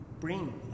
bring